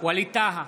ווליד טאהא,